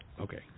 okay